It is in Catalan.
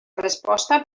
resposta